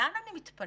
לאן אני מתפנה?